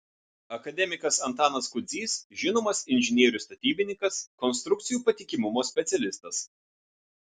akademikas antanas kudzys žinomas inžinierius statybininkas konstrukcijų patikimumo specialistas